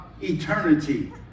eternity